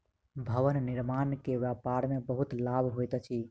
भवन निर्माण के व्यापार में बहुत लाभ होइत अछि